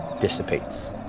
dissipates